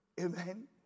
Amen